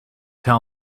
tell